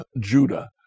Judah